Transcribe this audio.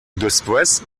después